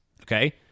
Okay